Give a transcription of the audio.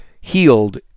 healed